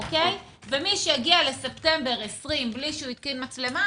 ומי שיגיע לספטמבר 2020 בלי שהוא התקין מצלמה,